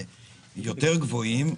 גבוהים יותר,